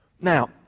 now